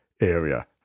area